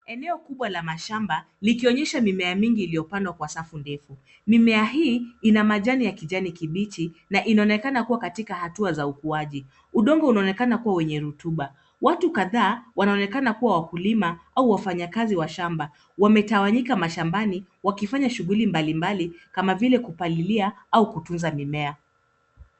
Eneo kubwa la mashamba, likionyesha mimea mingi iliyopandwa kwa safu ndefu. Mimea hii ina majani ya kijani kibichi na inaonekana kuwa katika hatua za ukuaji. Udongo unaonekana kuwa kwenye rutuba, watu kadhaa wanaonekana kuwa wakulima au wafanya kazi wa shamba. Wametawanyika mashambani, wakifanya shughuli mbalimbali, kama vile kupalilia au kutunza mimea.